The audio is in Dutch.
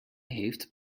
heeft